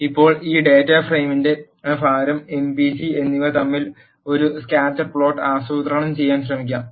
ഇപ്പോൾ ഈ ഡാറ്റാ ഫ്രെയിമിന്റെ ഭാരം എം പി ജി എന്നിവ തമ്മിൽ ഒരു സ്കാറ്റർ പ്ലോട്ട് ആസൂത്രണം ചെയ്യാൻ ശ്രമിക്കാം